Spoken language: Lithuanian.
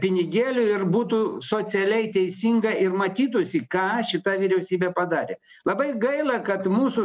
pinigėlių ir būtų socialiai teisinga ir matytųsi ką šita vyriausybė padarė labai gaila kad mūsų